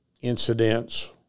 incidents